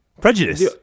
Prejudice